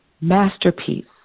masterpiece